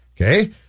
Okay